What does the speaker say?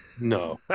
no